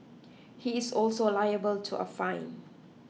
he is also liable to a fine